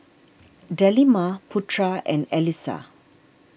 Delima Putra and Alyssa